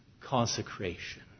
consecration